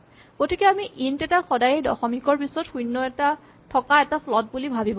গতিকে আমি ইন্ট এটাক সদায়ে দশমিকৰ পিছত শূণ্য এটা থকা এটা ফ্লট বুলি ভাৱিব পাৰো